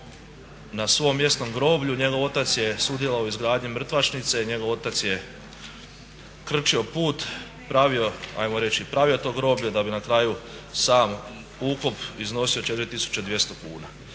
na svom mjesnom groblju, njegov otac je sudjelovao u izgradnji mrtvačnice, njegov otac je krčio put, pravio, ajmo reći pravio to groblje da bi na kraju sam ukop iznosio 4200 kuna.